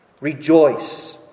rejoice